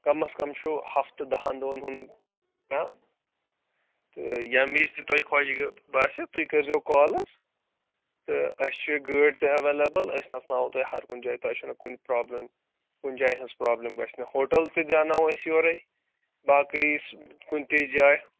کَمَس کَم چھُو ہفتہٕ دَہَن دۄہَن ہُند یا تہٕ ییٚمہِ وِزِ تہِ تۄہہِ خۄش گہٕ باسہِ تُہۍ کٔرۍزیو کال حظ تہٕ اَسہِ چھِ گٲڑۍ تہِ اٮ۪ویلیبٕل أسۍ نَژناوَو تُہۍ ہر کُنہِ جایہِ تۄہہِ چھُو نہ کُنہِ پرٛابلِم کُنہِ جایہِ ہٕنٛز پرٛابلِم گژھِ نہٕ ہوٹَل تہِ دیٛاناوَو أسۍ یورٕے باقٕے سہ کُنہِ تہِ جایہِ